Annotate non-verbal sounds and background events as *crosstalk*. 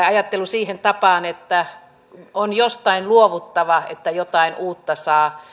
*unintelligible* ajattelu siihen tapaan että on jostain luovuttava että jotain uutta saa